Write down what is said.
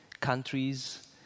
countries